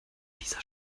dieser